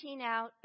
out